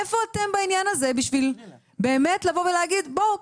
איפה אתם בעניין הזה בשביל באמת לבוא ולהגיד בואו,